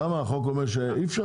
למה החוק אומר שאי אפשר?